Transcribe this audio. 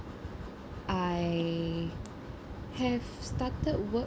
I have started work